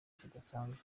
kidasanzwe